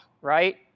right